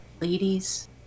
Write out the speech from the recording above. ladies